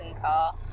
car